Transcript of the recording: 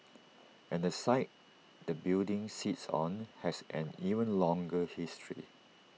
and the site the building sits on has an even longer history